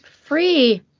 Free